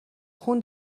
خون